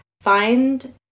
Find